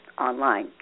online